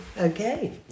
Okay